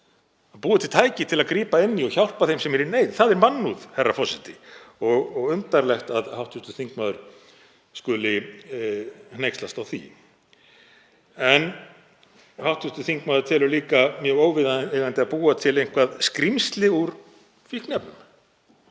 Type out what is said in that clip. Að búa til tæki til að grípa inn í og hjálpa þeim sem eru í neyð, það er mannúð, herra forseti, og undarlegt að hv. þingmaður skuli hneykslast á því. Hv. þingmaður telur líka mjög óviðeigandi að búa til eitthvert skrímsli úr fíkniefnum